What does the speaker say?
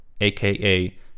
aka